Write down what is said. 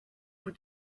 vous